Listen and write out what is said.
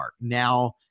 Now